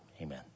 Amen